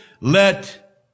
Let